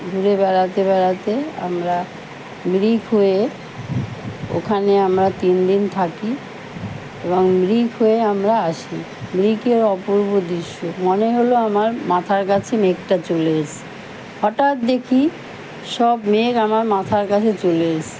ঘুরে বেড়াতে বেড়াতে আমরা মিরিক হয়ে ওখানে আমরা তিন দিন থাকি এবং মিরিক হয়ে আমরা আসি মিরিকের অপূর্ব দিশ্য মনে হল আমার মাথার কাছে মেঘটা চলে এসে হটাৎ দেখি সব মেঘ আমার মাথার কাছে চলে এসেছে